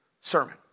sermon